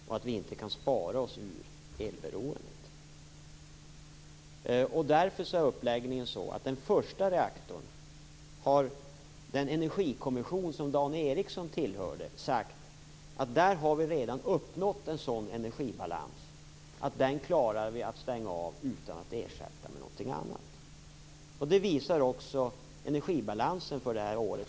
Vi kan inte spara oss ur elberoendet. Den energikommission som Dan Ericsson själv tillhörde har sagt att för den första reaktorn har en energibalans uppnåtts och att det går att stänga av den utan att ersätta den med något annat. Det visar energibalansen för det här året.